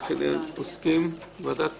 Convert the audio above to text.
אני מתכבד לפתוח את ישיבת ועדת